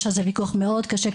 יש על זה ויכוח מאוד קשה,